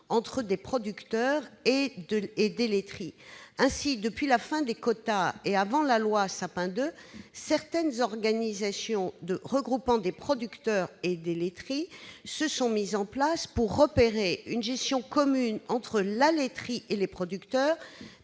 entre des producteurs et des laiteries. Ainsi, depuis la fin des quotas et avant la loi Sapin II, certaines organisations regroupant des producteurs et des laiteries se sont mises en place pour exercer une gestion commune, ce qui a permis de satisfaire les producteurs